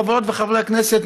חברות וחברי הכנסת,